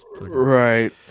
Right